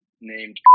named